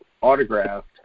autographed